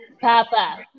Papa